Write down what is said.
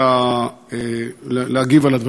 לא למה